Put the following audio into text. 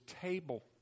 table